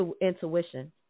intuition